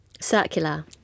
Circular